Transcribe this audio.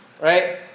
right